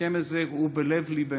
ההסכם הזה הוא בלב-לבנו,